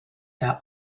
that